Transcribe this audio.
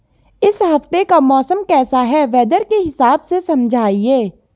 इस हफ्ते का मौसम कैसा है वेदर के हिसाब से समझाइए?